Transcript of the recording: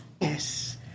Yes